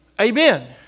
Amen